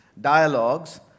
dialogues